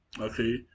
okay